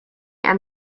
and